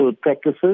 practices